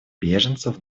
беженцев